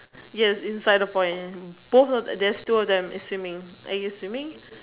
yes inside the pond and both there's two of them is swimming are you swimming